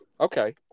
Okay